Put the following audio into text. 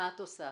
מה את עושה?